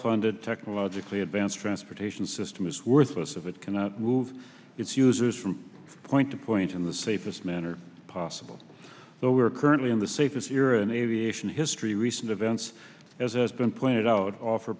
funded technologically advanced transportation system is worthless if it cannot move its users from point to point in the safest manner possible that we are currently in the safest year an aviation history recent events as has been pointed out offer